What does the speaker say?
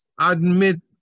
Admit